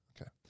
okay